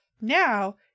now